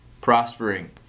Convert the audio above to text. prospering